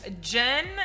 Jen